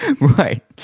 right